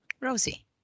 Rosie